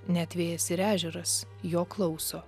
net vėjas ir ežeras jo klauso